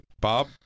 Bob